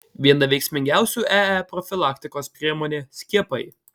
viena veiksmingiausių ee profilaktikos priemonė skiepai